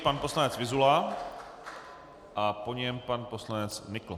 Pan poslanec Vyzula a po něm pan poslanec Nykl.